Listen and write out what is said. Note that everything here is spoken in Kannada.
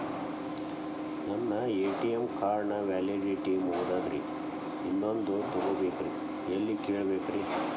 ನನ್ನ ಎ.ಟಿ.ಎಂ ಕಾರ್ಡ್ ನ ವ್ಯಾಲಿಡಿಟಿ ಮುಗದದ್ರಿ ಇನ್ನೊಂದು ತೊಗೊಬೇಕ್ರಿ ಎಲ್ಲಿ ಕೇಳಬೇಕ್ರಿ?